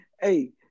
hey